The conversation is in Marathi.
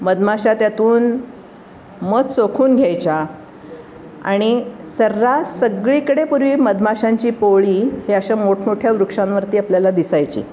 मधमाशा त्यातून मध चोखून घ्यायच्या आणि सर्रास सगळीकडे पूर्वी मधमाशांची पोळी हे अशा मोठमोठ्या वृक्षांवरती आपल्याला दिसायची